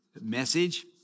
message